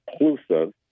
inclusive